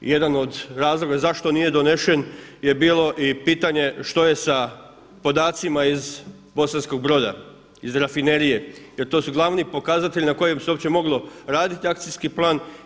Jedan od razloga zašto nije donesen je bilo i pitanje što je sa podacima iz Bosanskog Broda iz rafinerije jer to su glavni pokazatelji na kojem bi se uopće moglo raditi akcijski plan.